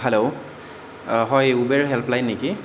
hello হয় Uber help line নেকি